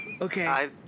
Okay